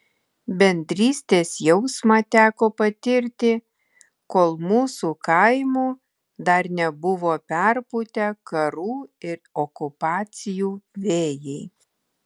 bendrystės jausmą teko patirti kol mūsų kaimų dar nebuvo perpūtę karų ir okupacijų vėjai